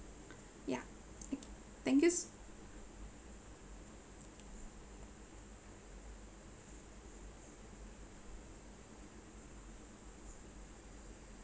ya okay thank you s~